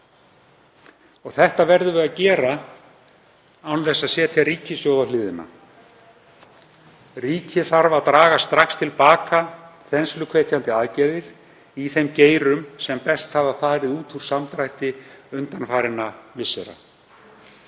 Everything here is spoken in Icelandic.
um. Þetta þarf að gera án þess að setja ríkissjóð á hliðina. Ríkið þarf að draga strax til baka þensluhvetjandi aðgerðir í þeim geirum sem best hafa farið út úr samdrætti undanfarinna missera.